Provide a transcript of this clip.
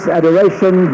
adoration